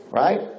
right